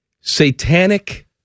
Satanic